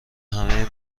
همه